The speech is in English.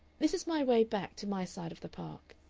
this is my way back to my side of the park,